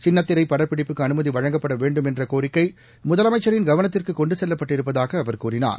சின்னத்திரை படப்பிடிப்புக்கு அனுமதி வழங்கப்பட வேண்டும் என்ற கோரிக்கை முதலமைச்சரின் கவனத்திற்கு கொண்டு செல்லப்பட்டிருப்பதாகக் அவர் கூறிணார்